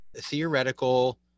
theoretical